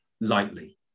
lightly